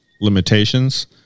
limitations